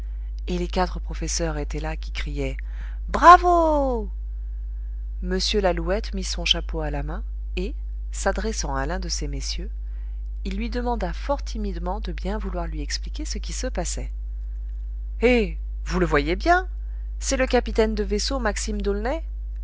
et les quatre professeurs étaient là qui criaient bravo m lalouette mit son chapeau à la main et s'adressant à l'un de ces messieurs il lui demanda fort timidement de bien vouloir lui expliquer ce qui se passait eh vous le voyez bien c'est le capitaine de vaisseau maxime